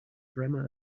grammar